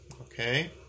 okay